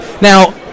now